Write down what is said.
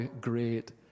great